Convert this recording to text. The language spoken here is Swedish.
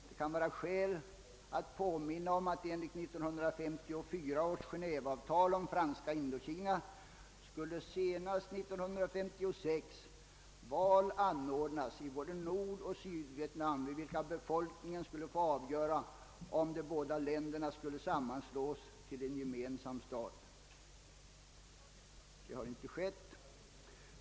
Det kan vara skäl att påminna om att enligt 1954 års Genéveavtal om Franska Indokina skulle senast 1956 val anordnas i både Nordoch Sydvietnam, i vilka befolkningen skulle få avgöra, om de båda länderna skulle sammanslås till en gemensam stat. Det har inte skett.